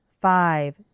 five